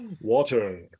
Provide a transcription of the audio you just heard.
Water